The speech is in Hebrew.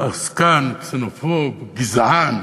עסקן, קסנופוב, גזען,